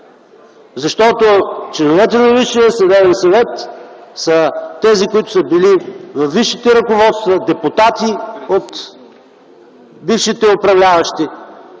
Защото членовете на Висшия съдебен съвет са тези, които са били във висшите ръководства, депутати от бившите управляващи.